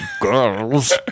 Girls